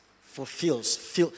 fulfills